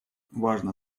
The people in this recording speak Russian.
важно